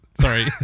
sorry